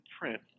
print